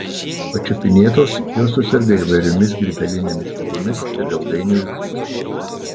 pačiupinėtos jos suserga įvairiomis grybelinėmis ligomis ir ilgainiui žūsta